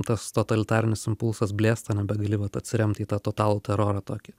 tas totalitarinis impulsas blėsta nebegali vat atsiremti į tą totalų terorą tokį